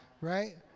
Right